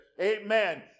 amen